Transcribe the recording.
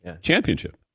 championship